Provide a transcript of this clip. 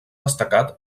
destacat